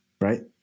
right